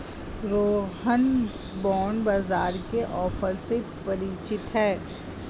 Rohan bond बाजार के offer से परिचित है